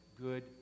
good